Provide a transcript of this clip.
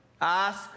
Ask